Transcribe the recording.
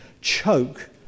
choke